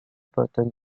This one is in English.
button